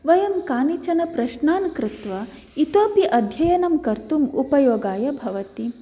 वयं कानिचन प्रश्नान् कृत्वा इतोपि अध्ययनं कर्तुम् उपयोगाय भवति